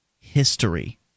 history